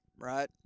Right